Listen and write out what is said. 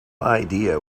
idea